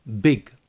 Big